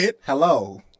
Hello